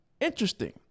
interesting